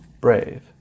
brave